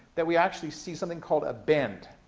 that we actually see something called a bend.